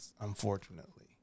unfortunately